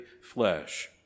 flesh